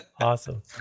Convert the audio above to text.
Awesome